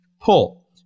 pull